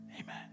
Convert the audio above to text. Amen